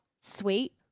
sweet